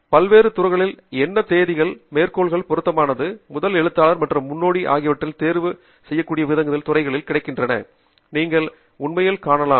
பல்வேறு துறைகள் என்ன தேதிகள் மேற்கோள்கள் பொருத்தமானது முதல் எழுத்தாளர் மற்றும் முன்னோடி ஆகியவற்றிலிருந்து தேர்வு செய்யக்கூடிய விதங்களில் துறைகள் கிடைக்கின்றன என்பதை நீங்கள் உண்மையில் காணலாம்